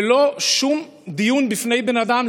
ללא שום דיון בפני בן אדם,